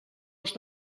als